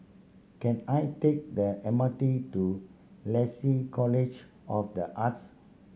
can I take the M R T to Lasalle College of The Arts